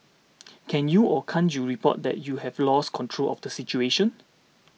can you or can't you report that you've lost control of the situation